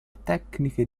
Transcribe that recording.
tecniche